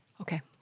Okay